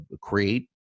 create